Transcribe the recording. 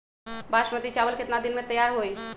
बासमती चावल केतना दिन में तयार होई?